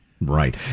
Right